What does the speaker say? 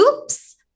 oops